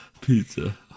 pizza